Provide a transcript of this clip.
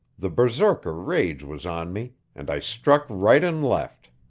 the berserker rage was on me, and i struck right and left.